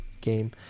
game